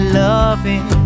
loving